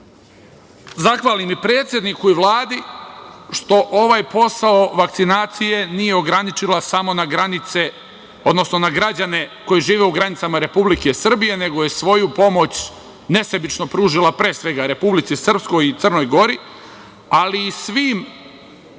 zahvalim i predsedniku i Vladi što ovaj posao vakcinacije nije ograničila samo na granice, odnosno na građane koji žive u granicama Republike Srbije, nego je svoju pomoć nesebično pružila, pre svega, Republici Srpskoj i Crnoj Gori, ali i svim